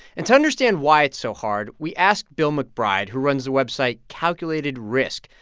and to understand why it's so hard, we asked bill mcbride, who runs the website calculated risk,